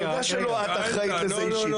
אני יודע שלא את אחראית לזה אישית,